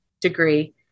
degree